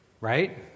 right